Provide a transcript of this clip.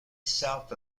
south